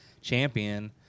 champion –